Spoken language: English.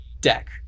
deck